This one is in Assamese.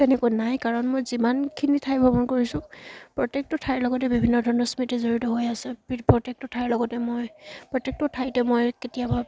তেনেকৈ নাই কাৰণ মই যিমানখিনি ঠাই ভ্ৰমণ কৰিছোঁ প্ৰত্যেকটো ঠাইৰ লগতে বিভিন্ন ধৰণৰ স্মৃতি জড়িত হৈ আছে পি প্ৰত্যেকটো ঠাইৰ লগতে মই প্ৰত্যেকটো ঠাইতে মই কেতিয়াবা